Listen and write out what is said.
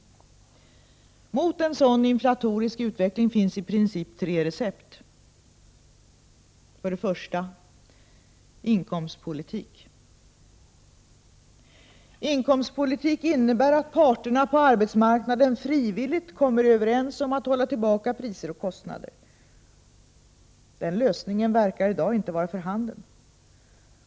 Mot en sådan inflationistisk utveckling finns i princip tre recept: För det första: inkomstpolitik, vilket innebär att parterna på arbetsmarknaden frivilligt kommer överens om att hålla tillbaka priser och kostnader. Den lösningen verkar i dag inte vara för handen.